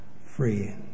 free